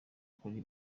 kuri